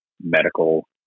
medical